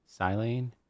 silane